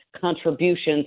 contributions